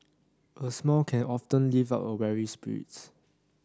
a smile can often lift a weary spirits